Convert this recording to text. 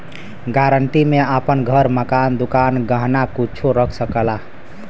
guarantee में आपन घर, मकान, दुकान, गहना कुच्छो रख सकला